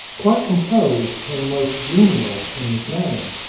quite composed and most genial in his manner.